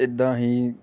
ਇੱਦਾਂ ਹੀ